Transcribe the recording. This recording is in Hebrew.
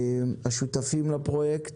השותפים לפרויקט,